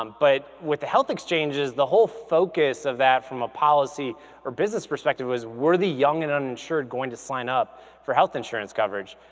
um but with the health exchanges, the whole focus of that from a policy or business perspective was where the young and uninsured going to sign up for health insurance coverage.